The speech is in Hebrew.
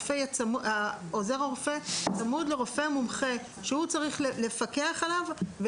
שעוזר הרופא יהיה צמוד לרופא מומחה שצריך לפקח עליו.